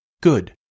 good